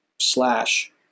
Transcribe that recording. slash